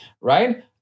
Right